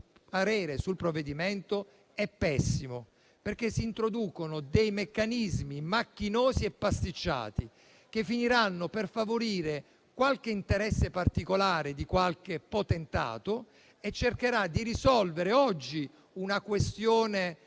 sul provvedimento, è pessimo, perché si introducono dei meccanismi macchinosi e pasticciati che finiranno per favorire l'interesse particolare di qualche potentato. Si cercherà di risolvere oggi una questione